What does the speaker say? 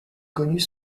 connues